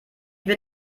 wird